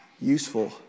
useful